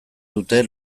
dute